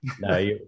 no